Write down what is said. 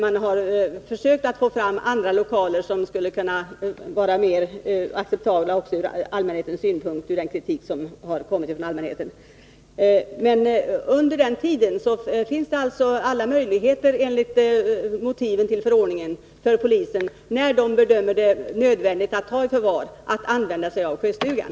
Man har försökt att få fram andra lokaler, som skulle vara mer acceptabla också ur allmänhetens synpunkt och med hänsyn till den kritik som kommit från allmänheten. Men fram till den tiden finns det alltså alla möjligheter för polisen enligt motivtexten till förordningen, när den bedömer det som nödvändigt att ta i förvar, att använda Sjöstugan.